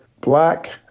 Black